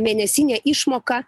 mėnesinė išmoka